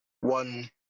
one